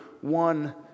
one